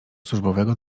służbowego